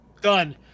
Done